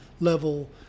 level